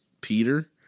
Peter